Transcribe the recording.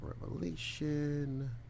Revelation